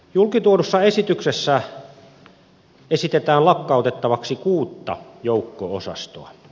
julkituodussa esityksessä esitetään lakkautettavaksi kuutta joukko osastoa